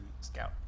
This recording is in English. scout